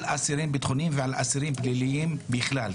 על אסירים ביטחוניים ועל אסירים פליליים בכלל,